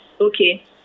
okay